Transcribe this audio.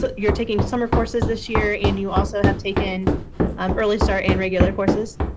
so you're taking summer courses this year and you also have taken um early start and regular courses?